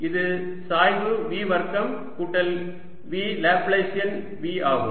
இது சாய்வு V வர்க்கம் கூட்டல் V லேப்ளேசியன் V ஆகும்